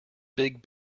big